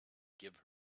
give